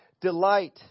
delight